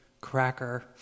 cracker